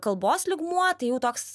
kalbos lygmuo tai jau toks